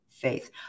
faith